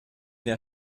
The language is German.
der